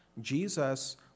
Jesus